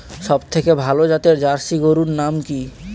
সবথেকে ভালো জাতের জার্সি গরুর নাম কি?